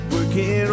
Working